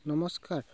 নমস্কাৰ